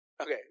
Okay